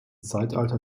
zeitalter